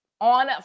on